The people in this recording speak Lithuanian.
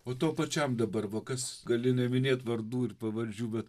o tau pačiam dabar va kas gali neminėt vardų ir pavardžių bet